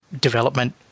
development